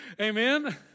Amen